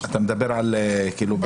אתה מדבר על החקירה.